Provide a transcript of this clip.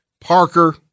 Parker